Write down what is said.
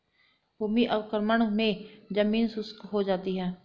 भूमि अवक्रमण मे जमीन शुष्क हो जाती है